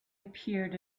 appeared